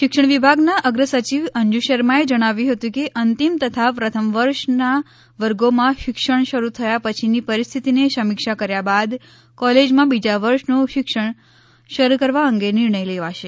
શિક્ષણ વિભાગના અગ્રસચિવ અંજુ શર્માએ જણાવ્યું હતું કે અંતિમ તથા પ્રથમ વર્ષના વર્ગોમાં શિક્ષણ શરૂ થયા પછીની પરિસ્થિતિની સમીક્ષા કર્યા બાદ કોલેજમાં બીજા વર્ષનું શિક્ષણ શરૂ કરવા અંગે નિર્ણય લેવાશે